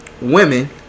women